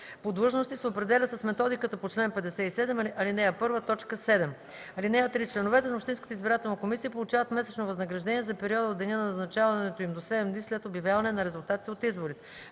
по длъжности се определя с методиката по чл. 57, ал. 1, т. 7. (3) Членовете на общинската избирателна комисия получават месечно възнаграждение за периода от деня на назначаването им до 7 дни след обявяване на резултатите от изборите.